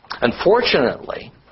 Unfortunately